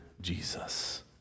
Jesus